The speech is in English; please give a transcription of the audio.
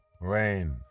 Rain